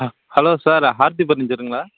ah hello sir Aarthi பர்னிச்சருங்களா